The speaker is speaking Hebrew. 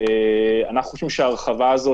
תיארנו לעצמנו שתהיה חובת